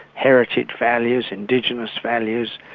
heritage values, indigenous values,